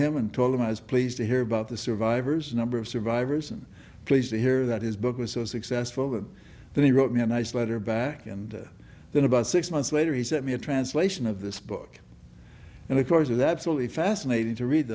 him and told him i was pleased to hear about the survivors a number of survivors and pleased to hear that his book was so successful that then he wrote me a nice letter back and then about six months later he sent me a translation of this book and it was with absolutely fascinating to read